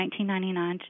1999